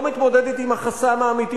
לא מתמודדת עם החסם האמיתי,